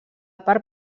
part